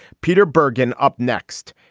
peter bergen up next.